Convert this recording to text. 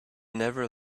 never